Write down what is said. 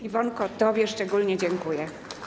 Iwonko, tobie szczególnie dziękuję.